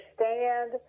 understand